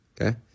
Okay